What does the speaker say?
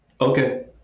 Okay